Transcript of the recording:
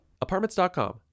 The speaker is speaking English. Apartments.com